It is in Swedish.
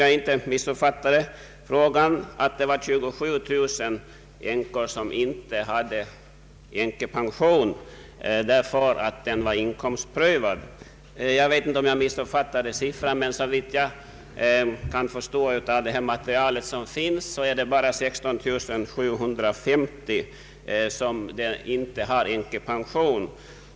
Herr förste vice talmannen sade också att det finns 27000 änkor som inte har änkepension därför att den i deras fall är inkomstprövad. Jag vet inte om jag missuppfattade siffran, men såvitt jag kan förstå av det material som föreligger är det bara 16 750 som inte har änkepension.